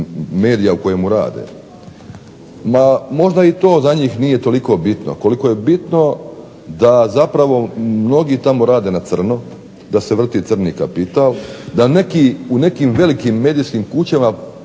medija u kojemu rade. Ma možda i to za njih nije toliko bitno koliko je bitno da zapravo mnogi tamo rade na crno, da se vrti crni kapital, da neki u nekim velikim medijskim kućama